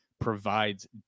provides